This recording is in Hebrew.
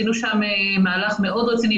בשנה האחרונה עשינו שם מהלך מאוד רציני,